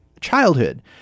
childhood